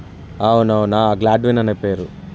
అవును అవును గ్లాడ్విన్ అనే పేరు